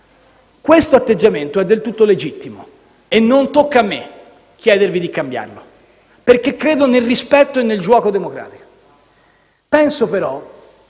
Questo atteggiamento è del tutto legittimo e non tocca a me chiedervi di cambiarlo, perché credo nel rispetto e nel gioco democratico. Penso però